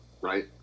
right